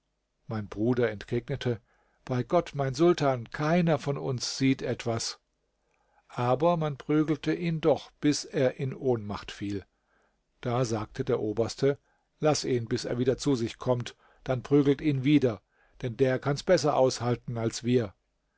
mein bruder entgegnete bei gott mein sultan keiner von uns sieht etwas aber man prügelte ihn doch bis er in ohnmacht fiel da sagte der oberste laß ihn bis er wieder zu sich kommt dann prügelt ihn wieder denn der kann's besser aushalten als wir